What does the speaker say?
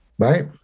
right